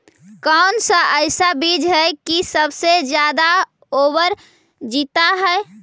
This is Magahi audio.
कौन सा ऐसा बीज है की सबसे ज्यादा ओवर जीता है?